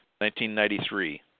1993